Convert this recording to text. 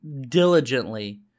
diligently